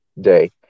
day